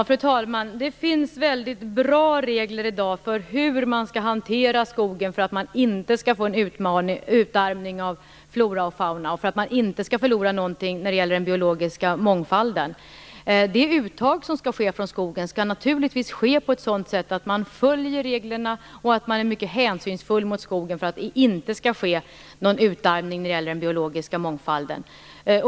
Fru talman! Det finns väldigt bra regler i dag för hur man skall hantera skogen för att man inte skall få en utarmning av flora och fauna och för att man inte skall förlora någonting när det gäller den biologiska mångfalden. Det uttag som skall ske från skogen skall naturligtvis ske på ett sådant sätt att man följer reglerna och är mycket hänsynsfull mot skogen för att det inte skall ske någon utarmning när det gäller den biologiska mångfalden.